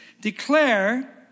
declare